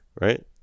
right